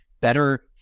better